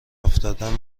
افتادم